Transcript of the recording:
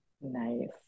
Nice